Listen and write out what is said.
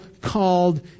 called